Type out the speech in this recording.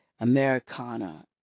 Americana